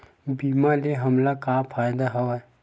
बीमा ले हमला का फ़ायदा हवय?